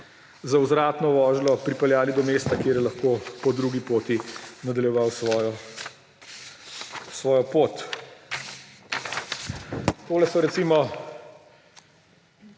v vzvratno vožnjo pripeljali do mesta, kjer je lahko po drugi poti nadaljeval svojo pot. Tole so recimo